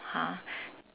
!huh!